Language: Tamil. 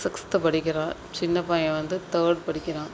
சிக்ஸ்த்து படிக்கிறான் சின்ன பையன் வந்து தேர்ட் படிக்கிறான்